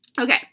Okay